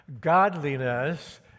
Godliness